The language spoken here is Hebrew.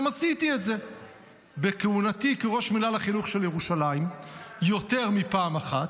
גם עשיתי את זה בכהונתי כראש מינהל החינוך של ירושלים יותר מפעם אחת.